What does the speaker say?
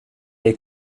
dig